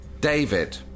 David